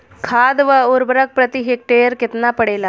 खाध व उर्वरक प्रति हेक्टेयर केतना पड़ेला?